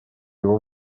его